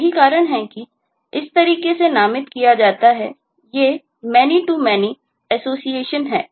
यही कारण है कि इस तरीके से नामित किया गया है ये many to many एसोसिएशन हैं